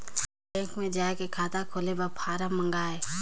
Bank मे जाय के खाता खोले बर फारम मंगाय?